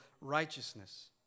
righteousness